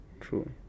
True